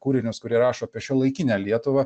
kūrinius kurie rašo apie šiuolaikinę lietuvą